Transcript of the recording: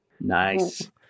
nice